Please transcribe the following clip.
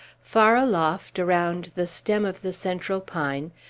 far aloft, around the stem of the central pine,